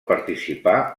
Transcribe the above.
participar